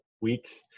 weeks